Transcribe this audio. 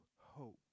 hope